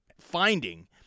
finding